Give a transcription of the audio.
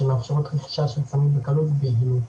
שמאפשרות רכישה של סמים בקלות ובמהירות.